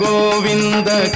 Govinda